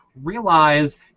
realize